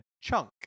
chunk